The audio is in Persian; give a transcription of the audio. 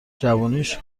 جوونیش